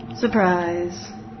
Surprise